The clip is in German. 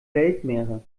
weltmeere